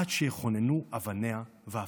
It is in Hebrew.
עד שיחוננו אבניה ועפרה".